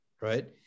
right